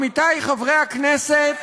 עמיתי חברי הכנסת,